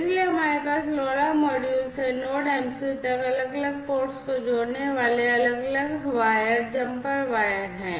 इसलिए हमारे पास इस LoRa मॉड्यूल से नोड MCU तक अलग अलग पोर्ट्स को जोड़ने वाले अलग वायर जम्पर वायर हैं